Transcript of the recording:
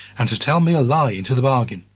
and to tell me a lie into the bargain?